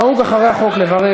נהוג אחרי קבלת החוק לברך,